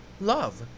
love